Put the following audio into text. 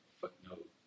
footnote